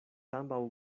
ambaŭ